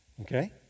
okay